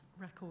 record